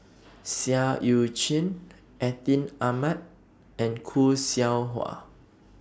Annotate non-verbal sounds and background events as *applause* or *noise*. *noise* Seah EU Chin Atin Amat and Khoo Seow Hwa